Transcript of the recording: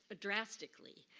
drastically.